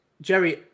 Jerry